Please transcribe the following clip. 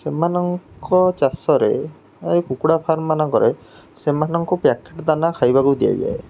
ସେମାନଙ୍କ ଚାଷରେ ଏ କୁକୁଡ଼ା ଫାର୍ମମାନଙ୍କରେ ସେମାନଙ୍କୁ ପ୍ୟାକେଟ ଦାନା ଖାଇବାକୁ ଦିଆଯାଏ